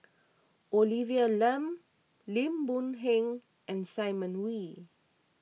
Olivia Lum Lim Boon Heng and Simon Wee